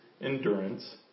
endurance